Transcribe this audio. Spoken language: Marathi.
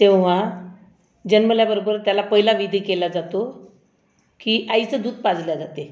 तेव्हा जन्मल्याबरोबर त्याला पहिला विधी केला जातो की आईचं दूध पाजल्या जाते